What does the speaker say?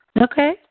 Okay